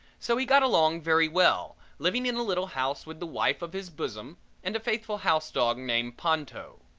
so he got along very well, living in a little house with the wife of his bosom and a faithful housedog named ponto.